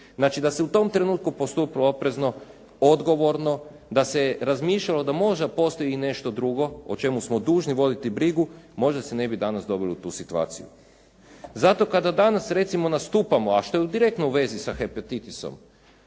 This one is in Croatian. Znači da se u tom trenutku postupilo oprezno, odgovorno, da se razmišljalo da možda postoji i nešto drugo o čemu smo dužni voditi brigu, možda se ne bi danas doveli u tu situaciju. Zato kada danas recimo nastupamo, a što je u direktnoj vezi sa hepatitisom,